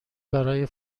برای